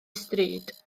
stryd